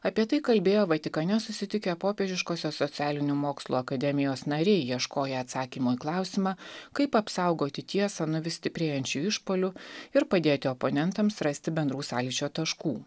apie tai kalbėjo vatikane susitikę popiežiškosios socialinių mokslų akademijos nariai ieškoję atsakymo į klausimą kaip apsaugoti tiesą nuo vis stiprėjančių išpuolių ir padėti oponentams rasti bendrų sąlyčio taškų